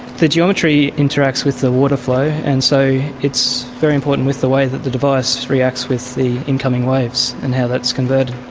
the geometry interacts with the water flow, and so it's very important with the way the the device reacts with the incoming waves and how that's converted.